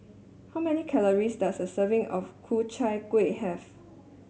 how many calories does a serving of Ku Chai Kueh have